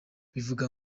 bivuga